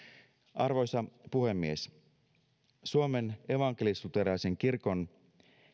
arvoisa puhemies suomen evankelisluterilaisen kirkon